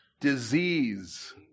disease